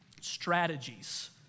strategies